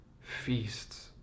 feasts